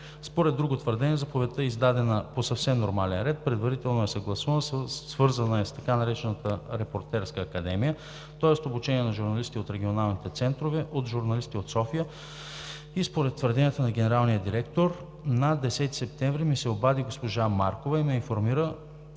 Според другото твърдение заповедта е издадена по съвсем нормален ред, предварително е съгласувана, свързана е с така наречена репортерска академия, тоест обучение на журналисти от регионалните центрове, от журналисти от София и според твърдението на генералния директор: „На 10 септември ми се обади госпожа Маркова и ме информира